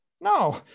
No